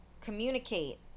communicate